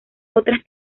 otras